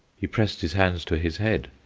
he pressed his hands to his head,